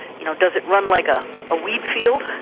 you know, does it run like a wheatfield?